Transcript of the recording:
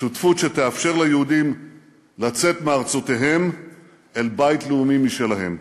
שותפות שתאפשר ליהודים לצאת מארצותיהם אל בית לאומי משלהם.